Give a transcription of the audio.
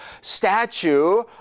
statue